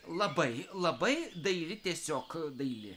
labai labai daili tiesiog daili